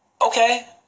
Okay